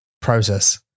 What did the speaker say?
process